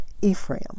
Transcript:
Ephraim